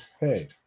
Hey